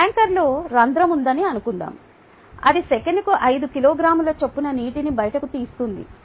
ట్యాంకర్లో రంధ్రం ఉందని అనుకుందాం ఇది సెకనుకు 5 కిలోగ్రాముల చొప్పున నీటిని బయటకు తీస్తుంది